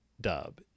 dub